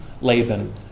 Laban